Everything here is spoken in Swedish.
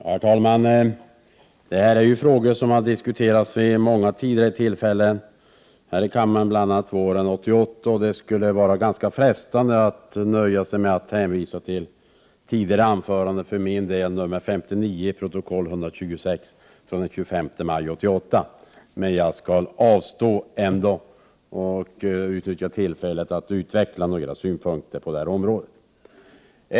Herr talman! De frågor som tas upp i denna debatt är frågor som har diskuterats vid många tidigare tillfällen här i kammaren, bl.a. våren 1988. Det skulle vara ganska frestande för mig att nöja mig med att hänvisa till tidigare anförande, nr 59 i protokoll 126 från den 25 maj 1988. Men jag skall ändå avstå från detta och i stället utnyttja tillfället till att utveckla några synpunkter på detta område.